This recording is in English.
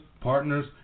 partners